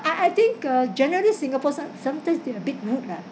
I I think uh generally singapore some~ sometimes they're a bit rude ah